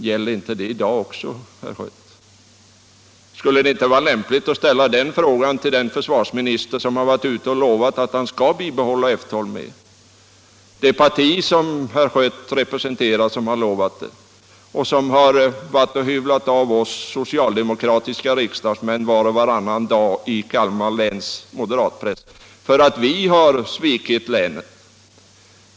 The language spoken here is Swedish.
Gäller det inte i dag också, herr Schött? Skulle det inte vara lämpligt att ställa den frågan till den försvarsminister som har varit ute och lovat att han skall bibehålla F 12 eller till det parti som herr Schött representerar och som har lovat detsamma, det parti som hyvlat av oss socialdemokratiska riksdagsmän var och varannan dag i Kalmar läns moderatpress, därför att vi sades ha svikit länet?